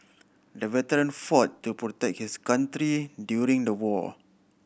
the veteran fought to protect his country during the war